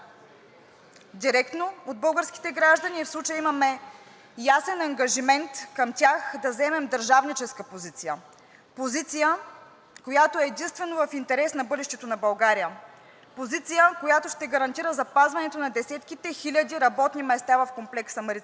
директно от българските граждани, и в случая имаме ясен ангажимент към тях да заемем държавническа позиция, позиция, която е единствено в интерес на бъдещето на България, позиция, която ще гарантира запазването на десетките хиляди работни места в комплекс „Марица изток“